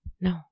No